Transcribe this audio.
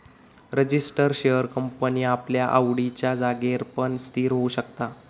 register share company आपल्या आवडिच्या जागेर पण स्थिर होऊ शकता